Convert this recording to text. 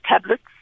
tablets